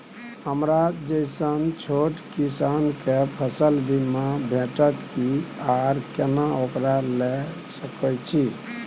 हमरा जैसन छोट किसान के फसल बीमा भेटत कि आर केना ओकरा लैय सकैय छि?